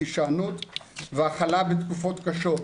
הישענות והכלה בתקופות קשות.